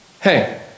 hey